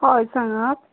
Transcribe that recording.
हय सांगात